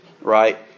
right